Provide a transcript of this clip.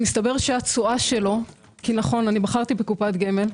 והסתבר שהתשואה שלו כי בחרתי בקופת גמל,